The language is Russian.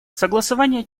согласование